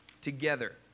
together